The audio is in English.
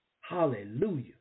Hallelujah